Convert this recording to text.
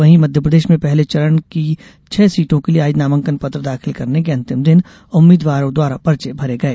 वहीं मध्यप्रदेश में पहले चरण के चुनाव के लिये आज नामांकन पत्र दाखिल करने के अंतिम दिन उम्मीद्वारों द्वारा पर्चे भरे गये